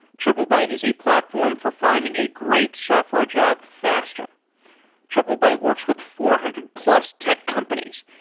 triplebyte is a platform for finding a great software job faster triplebyte works with four hundred plus tech companies,